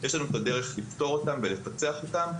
יש לנו את הדרך לפתור ולפתח אותם,